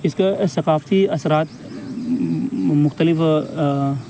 اس کا ثقافتی اثرات مختلف